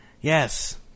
Yes